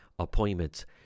appointments